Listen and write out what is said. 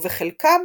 ובחלקם